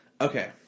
Okay